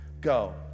Go